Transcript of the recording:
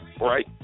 Right